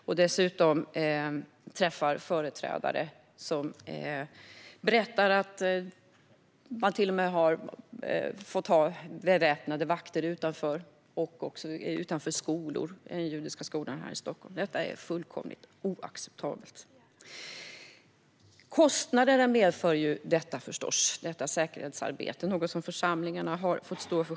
Vi har dessutom träffat företrädare som berättar att de till och med har fått ha beväpnade vakter utanför synagogan och utanför den judiska skolan här i Stockholm. Detta är fullkomligt oacceptabelt. Säkerhetsarbetet medför förstås kostnader, något som församlingarna själva har fått stå för.